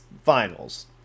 finals